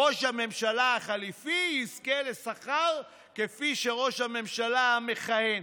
ראש הממשלה החליפי יזכה לשכר כפי שראש הממשלה המכהן.